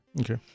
Okay